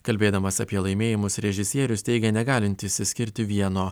kalbėdamas apie laimėjimus režisierius teigia negalintis išskirti vieno